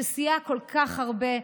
שסייע כל כך הרבה,